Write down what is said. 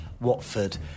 Watford